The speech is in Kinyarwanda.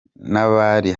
n’abari